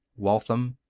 waltham,